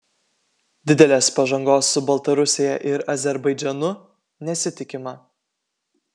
didelės pažangos su baltarusija ir azerbaidžanu nesitikima